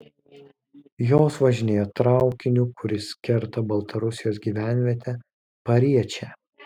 jos važinėja traukiniu kuris kerta baltarusijos gyvenvietę pariečę